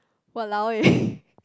!walao! eh